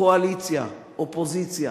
קואליציה, אופוזיציה,